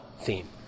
theme